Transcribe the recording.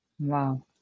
Wow